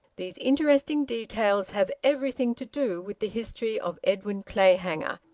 these interesting details have everything to do with the history of edwin clayhanger,